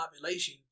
population